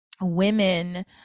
women